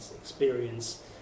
experience